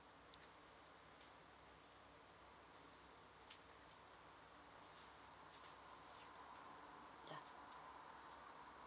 yeah